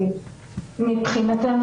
מבחינתנו,